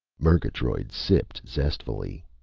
murgatroyd sipped zestfully.